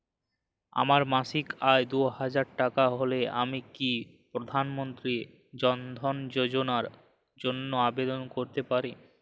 আমার মাসিক আয় দুহাজার টাকা হলে আমি কি প্রধান মন্ত্রী জন ধন যোজনার জন্য আবেদন করতে পারি?